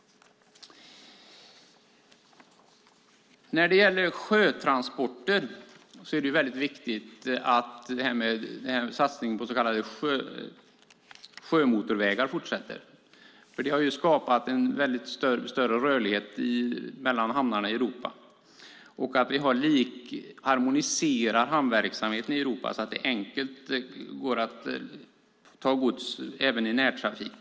När det gäller sjötransporter är det viktigt att satsningen på så kallade sjömotorvägar fortsätter. Det har skapat större rörlighet mellan hamnarna i Europa. Hamnverksamheten i Europa måste harmoniseras så att det enkelt går att ta gods även i närtrafik.